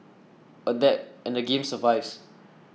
adapt and the game survives